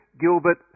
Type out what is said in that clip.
Gilbert